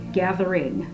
gathering